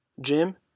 Jim